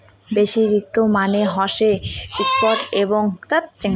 basis risk মানে হসে spot এবং হেজের মইধ্যে তফাৎ